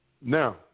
Now